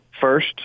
first